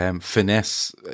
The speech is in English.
Finesse